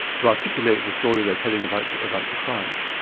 to articulate the story they're telling about the about the crime,